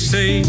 Say